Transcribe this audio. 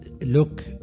look